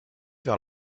vers